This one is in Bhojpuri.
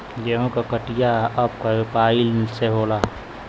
गेंहू क कटिया अब कंपाइन से होला